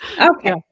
Okay